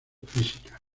física